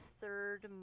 third